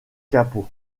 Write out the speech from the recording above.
capot